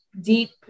deep